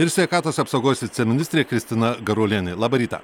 ir sveikatos apsaugos viceministrė kristina garuolienė labą rytą